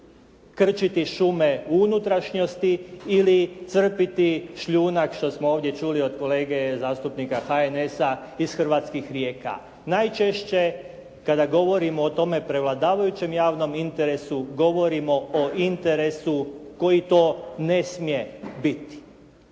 krčiti šume u unutrašnjosti ili crpiti šljunak što smo ovdje čuli od kolege zastupnika HNS-a iz hrvatskih rijeka. Najčešće kada govorimo o tome prevladavajućem javnom interesu govorimo o interesu koji to ne smije biti.